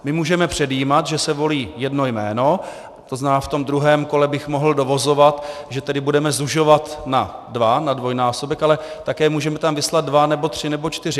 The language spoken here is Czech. My můžeme předjímat, že se volí jedno jméno, to znamená, v tom druhém kole bych mohl dovozovat, že tedy budeme zužovat na dva, na dvojnásobek, ale také můžeme tam vyslat dva nebo tři nebo čtyři.